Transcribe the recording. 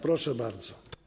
Proszę bardzo.